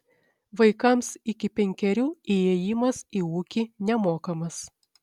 vaikams iki penkerių įėjimas į ūkį nemokamas